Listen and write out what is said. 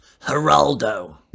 Geraldo